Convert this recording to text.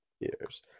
years